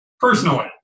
personally